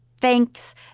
thanks